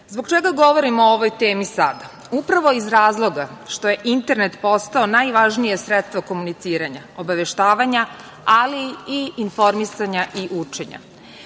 čega govorimo o ovoj temi sada? Upravo iz razloga što je internet postao najvažnije sredstvo komuniciranja, obaveštavanja, ali i informisanja i učenja. Bez